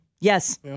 Yes